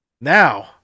Now